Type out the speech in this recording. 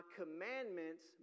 commandments